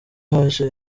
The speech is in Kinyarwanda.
haje